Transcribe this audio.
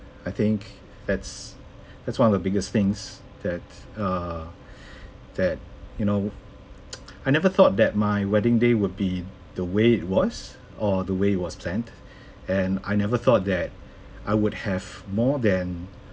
I think that's that's one of the biggest things that err that you know I never thought that my wedding day would be the way it was or the way it was planned and I never thought that I would have more than